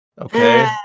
Okay